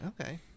Okay